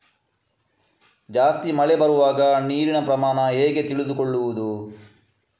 ಜಾಸ್ತಿ ಮಳೆ ಬರುವಾಗ ನೀರಿನ ಪ್ರಮಾಣ ಹೇಗೆ ತಿಳಿದುಕೊಳ್ಳುವುದು?